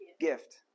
gift